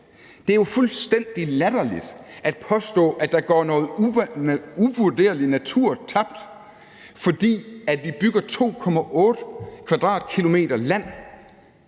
Det er jo fuldstændig latterligt at påstå, at der går noget uvurderlig natur tabt, fordi vi bygger 2,8 km² land